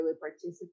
participate